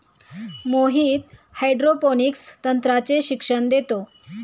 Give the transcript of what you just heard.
Mohit hydroponics तंत्राचे प्रशिक्षण देतो